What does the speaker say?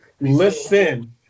Listen